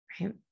Right